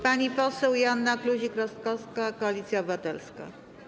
Pani poseł Joanna Kluzik-Rostkowska, Koalicja Obywatelska.